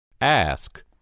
Ask